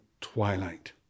twilight